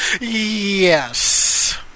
Yes